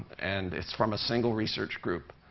and it's from a single research group,